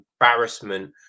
embarrassment